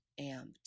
amped